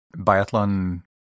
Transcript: biathlon